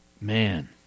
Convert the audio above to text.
man